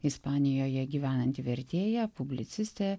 ispanijoje gyvenanti vertėja publicistė